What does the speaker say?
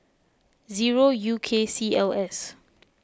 zero U K C L S